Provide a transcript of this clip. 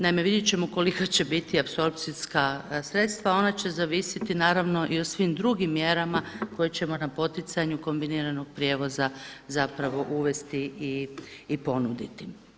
Naime, vidjet ćemo koliko će biti apsorpcijska, ona će zavisiti naravno i o svim drugim mjerama koje ćemo na poticanju kombiniranog prijevoza zapravo uvesti i ponuditi.